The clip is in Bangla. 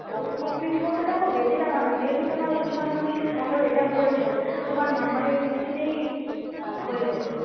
কোর্স কমপ্লিট বলতে দেখো বেশি টাকা নয় যেহেতু তোমার উচ্চমাধ্যমিকে তুমি ভালো রেজাল্ট করেছ তোমার নাম্বারের ভিত্তিতেই হয়ে যাবে